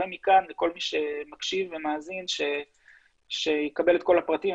מכאן לכל מי שמקשיב ומאזין שיקבל את כל הפרטים,